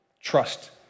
Trust